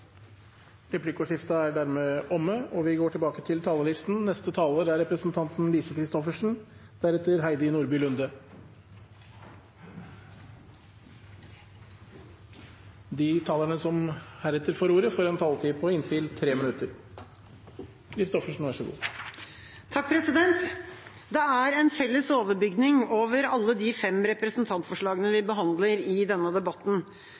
Replikkordskiftet er omme. De talere som heretter får ordet, har en taletid på inntil 3 minutter. Det er en felles overbygning over alle de fem representantforslagene vi behandler i denne debatten.